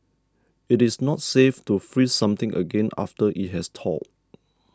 it is not safe to freeze something again after it has thawed